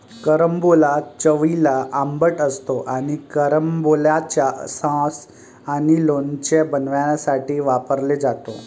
carambola चवीला आंबट असतो आणि कॅरंबोलाचे सॉस आणि लोणचे बनवण्यासाठी वापरला जातो